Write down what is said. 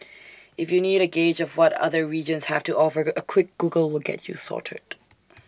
if you need A gauge of what other regions have to offer A quick Google will get you sorted